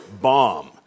bomb